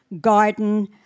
garden